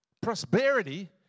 Prosperity